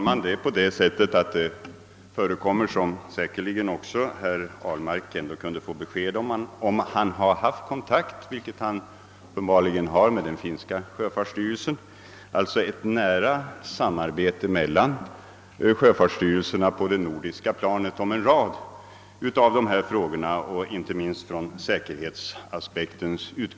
Herr talman! Som herr Ahlmark säkerligen kunde ha fått besked om när han hade kontakt med den finska sjöfartsstyrelsen förekommer det ett nära samarbete mellan sjöfartsstyrelserna på det nordiska planet om en rad av dessa frågor, inte minst med utgångspunkt från säkerhetsaspekter.